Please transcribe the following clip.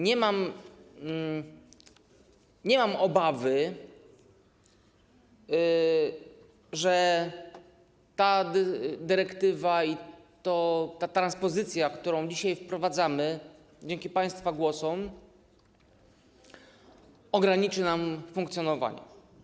Nie mam obawy, że ta dyrektywa i ta transpozycja, którą dzisiaj wprowadzamy dzięki państwa głosom, ograniczy nam funkcjonowanie.